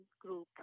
group